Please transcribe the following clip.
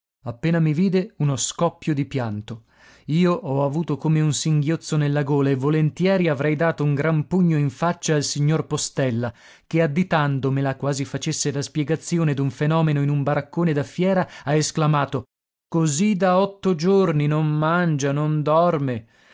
appena mi vide uno scoppio di pianto io ho avuto come un singhiozzo nella gola e volentieri avrei dato un gran pugno in faccia al signor postella che additandomela quasi facesse la spiegazione d'un fenomeno in un baraccone da fiera ha esclamato così da otto giorni non mangia non dorme